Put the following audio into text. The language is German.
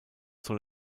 soll